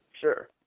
Sure